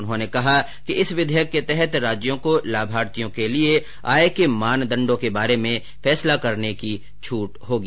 उन्होंने कहा कि इस विधेयक के तहत राज्यों को लाभार्थियों के लिए आय के मानदंडों के बारे में फैसला करने की छूट होगी